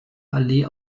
allee